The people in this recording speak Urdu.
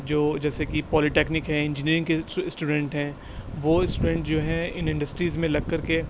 جو جیسے کہ پولیٹیکنک ہیں انجینیرنگ کے اسٹوڈنٹ ہیں وہ اسٹوڈنٹ جو ہیں ان انڈسٹریز میں لگ کر کے